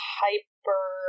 hyper